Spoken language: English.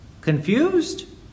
Confused